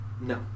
No